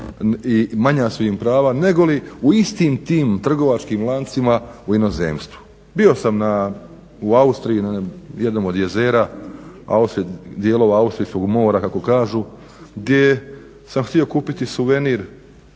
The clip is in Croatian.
i manja su im prava negoli u istim tim trgovačkim lancima u inozemstvu. Bio sam u Austriji na jednom od jezera austrijskih, dijelova austrijskog mora kako kažu, gdje sam htio kupiti suvenir